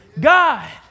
God